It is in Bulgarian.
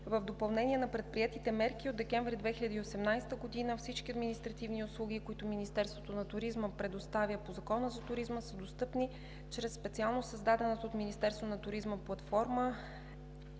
В допълнение на предприетите мерки от месец декември 2018 г. всички административни услуги, които Министерството на туризма предоставя по Закона за туризма, са достъпни чрез специално създадената от Министерството на туризма платформа,